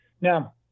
Now